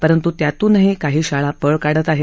परंत् त्यातूनही काही शाळा पळ काढत आहेत